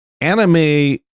anime